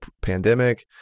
pandemic